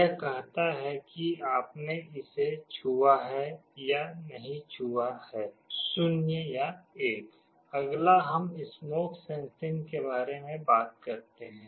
यह कहता है कि आपने इसे छुआ है या नहीं छुआ है 0 या 1 अगला हम स्मोक सेंसिंग के बारे में बात करते हैं